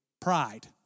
pride